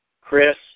Chris